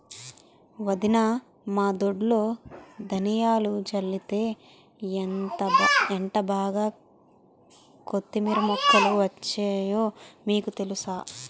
వదినా మా దొడ్లో ధనియాలు జల్లితే ఎంటబాగా కొత్తిమీర మొక్కలు వచ్చాయో మీకు తెలుసా?